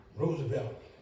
Roosevelt